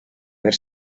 per